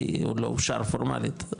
כי עוד לא אושר פורמלית,